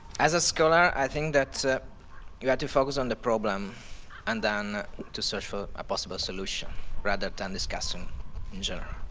as a scholar, i think that you have to focus on the problem and then to search for a possible solution rather than discuss and in general.